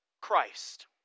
Christ